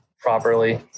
properly